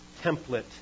template